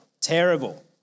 Terrible